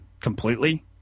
completely